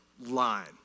line